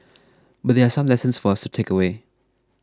but there are some lessons for us to takeaway